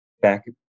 back